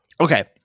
Okay